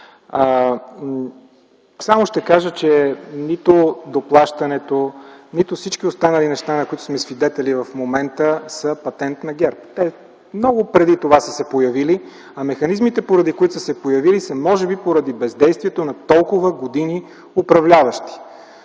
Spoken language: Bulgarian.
Само ще кажа, че нито доплащането, нито всички останали неща, на които сме свидетели в момента, са патент на ГЕРБ. Те са се появили много преди това. Механизмите, поради които са се появили, са може би поради бездействието на толкова години управляващи.